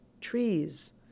Trees